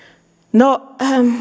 no